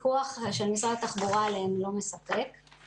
בזה שכל סדר-היום הציבורי עוסק בכמעט כל השנה האחרונה בנושא הקורונה,